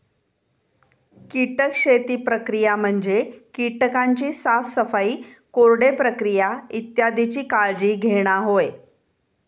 कीटक शेती प्रक्रिया म्हणजे कीटकांची साफसफाई, कोरडे प्रक्रिया इत्यादीची काळजी घेणा होय